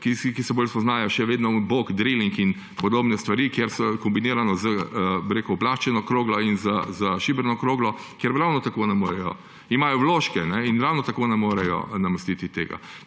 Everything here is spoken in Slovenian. ki se bolj spoznajo še vedno na bockdriling in podobne stvari, kjer je kombinirano z oplaščeno kroglo in z šibreno kroglo, kjer ravno tako ne morejo namestiti. Imajo vložke in ravno tako ne morejo namestiti tega.